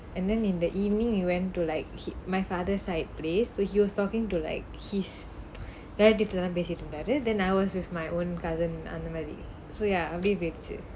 and then in the evening he went to like keep my father's side place where he was talking to like his வாட்டிலம்:vaatilaam than I was with my own cousin அந்த மாறி:antha maari so ya அப்பிடியே போயிடுச்சி:appidiyae poyiduchi